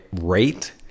rate